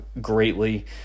greatly